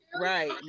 right